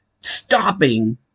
stopping